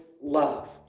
love